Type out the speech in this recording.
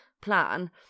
plan